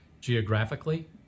Geographically